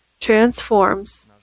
transforms